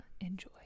enjoy